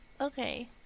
Okay